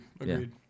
Agreed